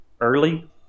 early